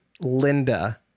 Linda